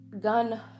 gun